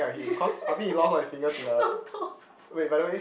no toes also